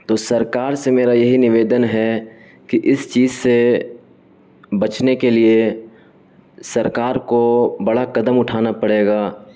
تو سرکار سے میرا یہی نویدن ہے کہ اس چیز سے بچنے کے لیے سرکار کو بڑا قدم اٹھانا پڑے گا